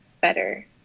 better